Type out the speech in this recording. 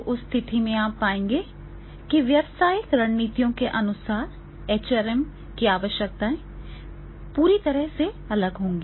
तो उस स्थिति में आप पाएंगे कि व्यावसायिक रणनीतियों के अनुसार एचआरएम की आवश्यकताएं पूरी तरह से अलग होंगी